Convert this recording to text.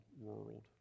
world